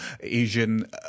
Asian